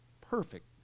perfect